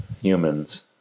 humans